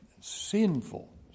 sinful